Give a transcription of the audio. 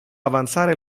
avanzare